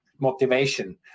motivation